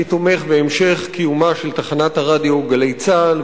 אני תומך בהמשך קיומה של תחנת הרדיו "גלי צה"ל",